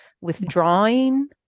withdrawing